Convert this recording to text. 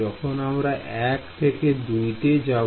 যখন আমরা 1 থেকে 2 তে যাব